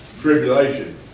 tribulation